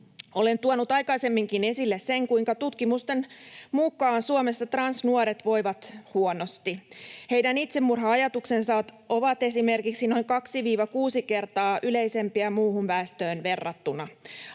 Olen tuonut aikaisemminkin esille sen, kuinka tutkimusten mukaan Suomessa transnuoret voivat huonosti. Heidän itsemurha-ajatuksensa ovat esimerkiksi noin 2—6 kertaa yleisempiä muuhun väestöön verrattuna.